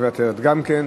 מוותרת גם כן.